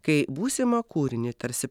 kai būsimą kūrinį tarsi